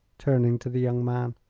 turning to the young man,